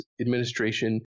administration